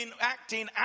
acting